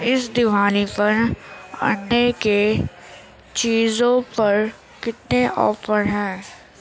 اس دیوالی پر انڈے کے چیزوں پر کتنے آفر ہیں